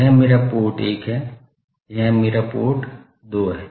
यह मेरा पोर्ट 1 है यह मेरा पोर्ट 2 है